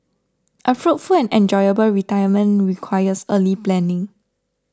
a fruitful and enjoyable retirement requires early planning